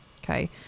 okay